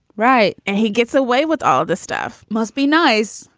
right. and he gets away with all this stuff must be nice,